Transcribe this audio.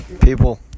People